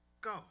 go